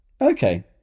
Okay